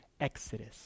exodus